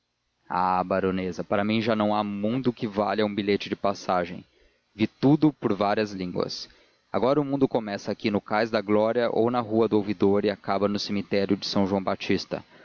ah baronesa para mim já não há mundo que valha um bilhete de passagem vi tudo por várias línguas agora o mundo começa aqui no cais da glória ou na rua do ouvidor e acaba no cemitério de são joão batista